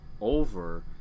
over